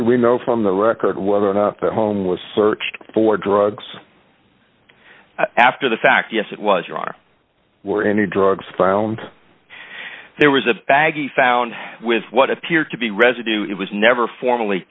we know from the record whether or not the home was searched for drugs after the fact yes it was wrong or were any drugs found there was a baggie found with what appeared to be residue it was never formally